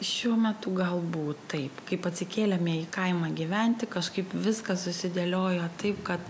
šiuo metu galbūt taip kaip atsikėlėme į kaimą gyventi kažkaip viskas susidėliojo taip kad